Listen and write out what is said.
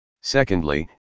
Secondly